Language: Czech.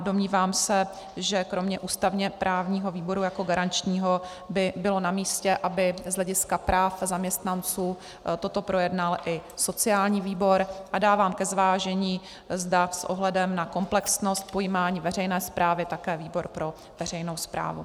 Domnívám se, že kromě ústavněprávního výboru jako garančního by bylo namístě, aby z hlediska práv zaměstnanců toto projednal i sociální výbor, a dávám ke zvážení, zda s ohledem na komplexnost pojímání veřejné správy také výbor pro veřejnou správu.